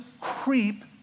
creep